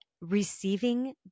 receiving